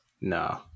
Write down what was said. no